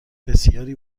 بسیاری